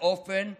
באופן עוין,